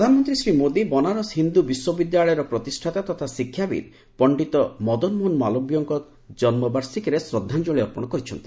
ପ୍ରଧାନମନ୍ତ୍ରୀ ଶ୍ରୀ ମୋଦୀ ବନାରସ ହିନ୍ଦୁ ବିଶ୍ୱବିଦ୍ୟାଳୟର ପ୍ରତିଷ୍ଠାତା ତଥା ଶିକ୍ଷାବିତ୍ ପଶ୍ଚିତ ମଦନମୋହନ ମାଲବୀୟଙ୍କୁ ତାଙ୍କ ଜନ୍ମବାର୍ଷିକୀରେ ଶ୍ରଦ୍ଧାଞ୍ଜଳି ଅର୍ପଣ କରିଛନ୍ତି